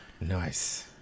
Nice